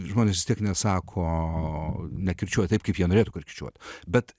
žmonės tik nesako nekirčiuot taip kaip jie norėtų kad kirčiuotų bet